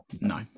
no